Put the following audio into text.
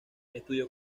estudió